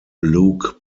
luke